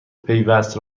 پیوست